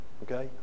Okay